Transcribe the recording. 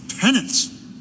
Penance